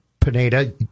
Pineda